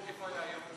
איפה היה היום?